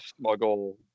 smuggle